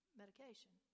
medication